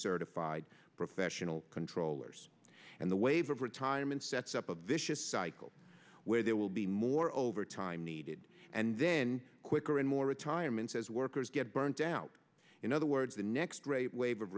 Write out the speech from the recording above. certified professional controllers and the waiver of retirement sets up a vicious cycle where there will be more overtime needed and then quicker and more retirements as workers get burnt out in other words the next